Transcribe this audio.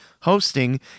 hosting